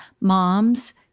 moms